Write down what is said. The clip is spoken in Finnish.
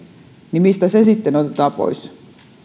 niin mistä se sitten otetaan pois